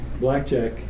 blackjack